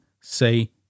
say